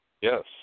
Yes